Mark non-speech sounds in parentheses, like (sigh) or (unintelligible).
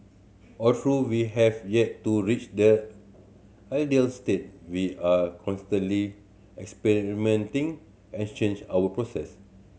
although we have yet to reach the ideal state we are constantly experimenting (unintelligible) our process